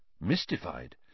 Mystified